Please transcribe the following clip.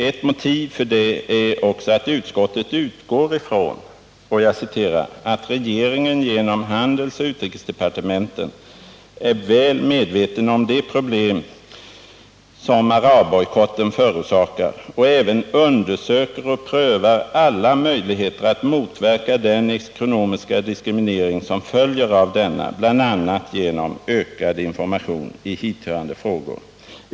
Ett motiv för avstyrkandet är också att utskottet utgår ifrån ”att regeringen genom handelsoch utrikesdepartementen är väl medveten om de problem som arabbojkotten förorsakar och även undersöker och prövar alla möjligheter att motverka den ekonomiska diskriminering som följer av denna, bl.a. genom ökad information i hithörande frågor”.